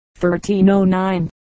1309